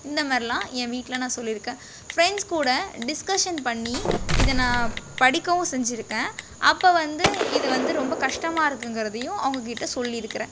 இந்தமாதிரிலாம் என் வீட்டில் நான் சொல்லியிருக்கேன் ஃப்ரெண்ட்ஸ் கூட டிஸ்கஷன் பண்ணி இதை நான் படிக்கவும் செஞ்சுருக்கேன் அப்போ வந்து இது வந்து ரொம்ப கஷ்டமாக இருக்குதுங்கறதையும் அவங்கக்கிட்ட சொல்லியிருக்குறேன்